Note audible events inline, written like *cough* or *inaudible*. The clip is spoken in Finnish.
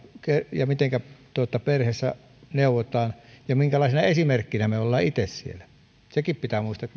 ja mitenkä perheessä neuvotaan ja minkälaisena esimerkkinä me olemme itse siellä sekin pitää muistaa *unintelligible*